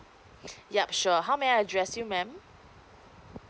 yup sure how may I address you ma'am